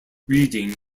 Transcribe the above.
reading